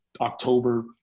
October